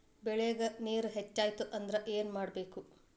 ಬೆಳೇಗ್ ನೇರ ಹೆಚ್ಚಾಯ್ತು ಅಂದ್ರೆ ಏನು ಮಾಡಬೇಕು?